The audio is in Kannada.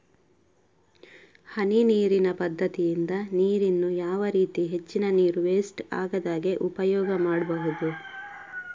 ಹನಿ ನೀರಿನ ಪದ್ಧತಿಯಿಂದ ನೀರಿನ್ನು ಯಾವ ರೀತಿ ಹೆಚ್ಚಿನ ನೀರು ವೆಸ್ಟ್ ಆಗದಾಗೆ ಉಪಯೋಗ ಮಾಡ್ಬಹುದು?